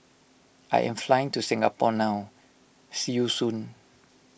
I am flying to Singapore now see you soon